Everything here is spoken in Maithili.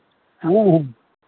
हँ हँ